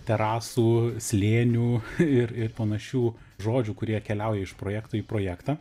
terasų slėnių ir ir panašių žodžių kurie keliauja iš projekto į projektą